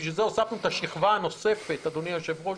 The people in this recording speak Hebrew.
לכן הוספנו את השכבה הנוספת של הכלי האזרחי.